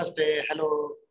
Hello